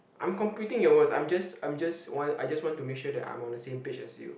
I'm completing your words I'm just I'm just want I just want to make sure that I'm on the same page as you